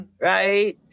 Right